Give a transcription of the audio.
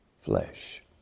flesh